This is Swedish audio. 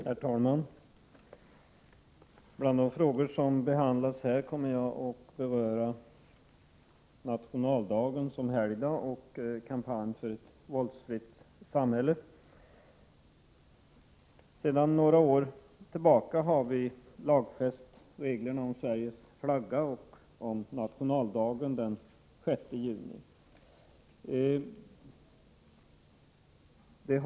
Herr talman! Bland de frågor som behandlas i detta betänkande kommer jag att beröra nationaldagen som helgdag samt kampen för ett våldsfritt samhälle. Sedan några år tillbaka har vi lagfäst regeln om svenska flaggans dag och nationaldag den 6 juni.